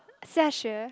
Xiaxue